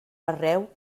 arreu